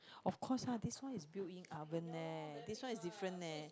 of course lah this one is built in oven leh this one is different leh